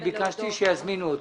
אני ביקשתי שיזמינו אותו.